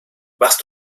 machst